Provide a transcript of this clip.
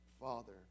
Father